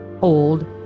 Old